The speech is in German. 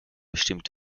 bestimmt